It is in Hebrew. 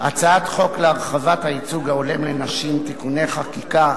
הצעת החוק להרחבת הייצוג ההולם לנשים (תיקוני חקיקה),